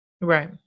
Right